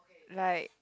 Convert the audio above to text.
like